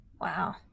Wow